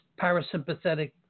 parasympathetic